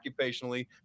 occupationally